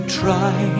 try